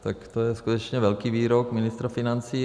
Tak to je skutečně velký výrok ministra financí.